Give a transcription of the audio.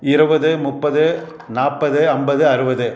இருபது முப்பது நாற்பது ஐம்பது அறுபது